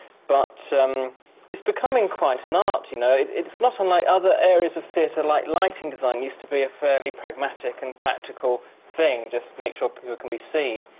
but it's becoming quite an art, you know. it's not unlike other areas of theatre. like lighting design used to be a fairly pragmatic and practical thing, just make sure people can be seen.